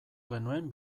genuen